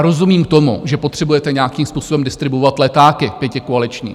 Rozumím tomu, že potřebujete nějakým způsobem distribuovat letáky pětikoaliční.